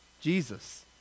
Jesus